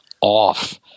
off